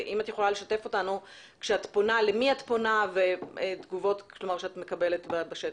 שתפי אותנו וספרי לנו למי את פונה ומה התגובות שאת מקבלת בשטח.